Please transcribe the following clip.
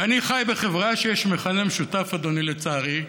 ואני חי בחברה שיש בה מכנה משותף, אדוני, לצערי,